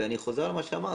ואני חוזר על מה שאמרתי,